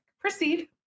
proceed